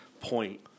point